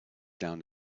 down